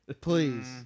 Please